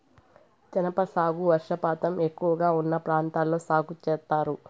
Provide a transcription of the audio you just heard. జనప సాగు వర్షపాతం ఎక్కువగా ఉన్న ప్రాంతాల్లో సాగు చేత్తారు